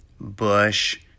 Bush